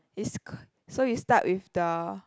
is so you start with the